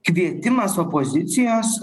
kvietimas opozicijos